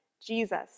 Jesus